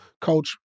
coach